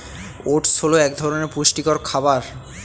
oats হল এক ধরনের পুষ্টিকর খাবার